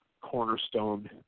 cornerstone